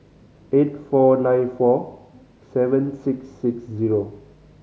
eight four nine four seven six six zero